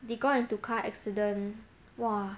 they got into car accident !wah!